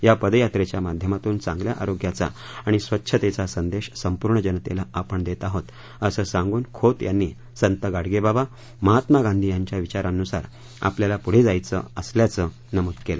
या पदयात्रेच्या माध्यमातून चांगल्या आरोग्याचा आणि स्वच्छतेचा संदेश संपूर्ण जनतेला आपण देत आहोत असं सांगून खोत यांनी संत गाडगेबाबा महात्मा गांधी यांच्या विचारांनुसार आपल्याला पुढे जायचं असल्याचं नमूद केलं